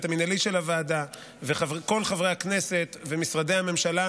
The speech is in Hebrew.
המינהלי של הוועדה וכל חברי הכנסת ומשרדי הממשלה,